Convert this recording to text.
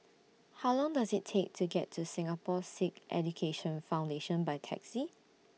How Long Does IT Take to get to Singapore Sikh Education Foundation By Taxi